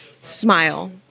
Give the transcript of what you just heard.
smile